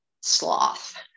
sloth